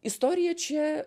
istorija čia